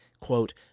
quote